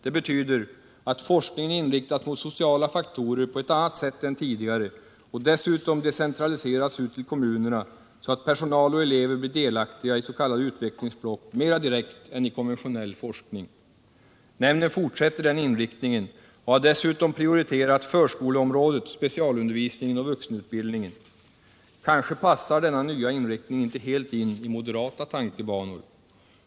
Det betyder att forskningen inriktas mot sociala faktorer på ett annat sätt än tidigare och dessutom decentraliseras ut till kommunerna, så att personal och elever blir delaktiga i s.k. utvecklingsblock mera direkt än i konventionell forskning. Nämnden fortsätter den inriktningen och har dessutom prioriterat förskoleområdet, specialundervisningen och vuxenutbildningen. Kanske passar denna nya inriktning inte helt in i moderata tankebanor.